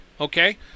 Okay